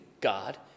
God